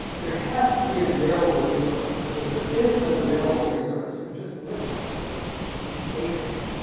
there has to be an available resource cause, if there isn't an available resource, you're just whistling. you're just you're just daydreaming.